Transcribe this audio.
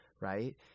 right